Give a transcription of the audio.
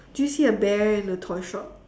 do you see a bear in the toy shop